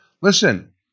Listen